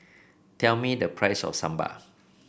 tell me the price of Sambar